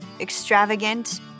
extravagant